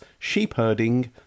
Sheepherding